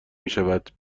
میشود